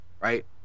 Right